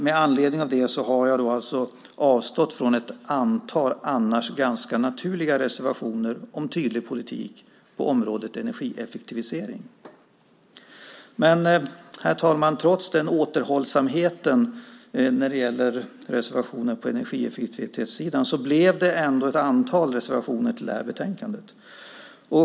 Med anledning av det har jag avstått från ett antal annars ganska naturliga reservationer om tydlig politik på området energieffektivisering. Herr talman! Trots den återhållsamheten när det gäller reservationer på energieffektivitetssidan blev det ändå ett antal reservationer till det här ärendet.